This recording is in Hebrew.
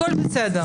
הכול בסדר.